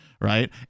right